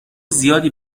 زیادی